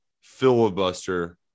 filibuster